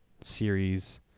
series